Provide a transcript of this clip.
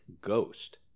ghost